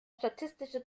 statistische